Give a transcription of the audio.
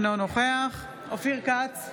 אינו נוכח אופיר כץ,